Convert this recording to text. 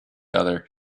other